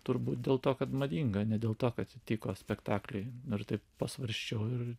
turbūt dėl to kad madinga ne dėl to kad tiko spektakliui ar taip pasvarsčiau ir